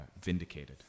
vindicated